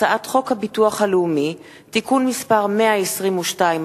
הצעת חוק הביטוח הלאומי (תיקון מס' 122),